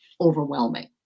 overwhelming